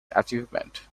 achievement